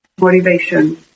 motivation